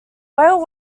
whale